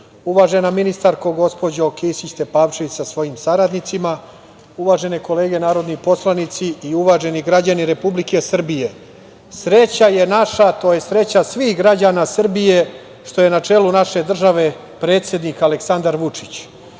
Orliću. Uvažena ministarko, gospođo Kisić Tepavčević sa svojim saradnicima, uvažene kolege narodni poslanici i uvaženi građani Republike Srbije, sreća je naša, to je sreća svih građana Srbije što je na čelu naše države predsednik Aleksandar Vučić,